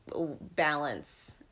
balance